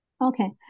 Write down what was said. Okay